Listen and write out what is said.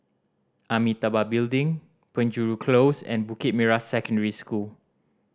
Amitabha Building Penjuru Close and Bukit Merah Secondary School